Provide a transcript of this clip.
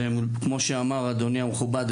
וכמו שאמר אדוני המכובד,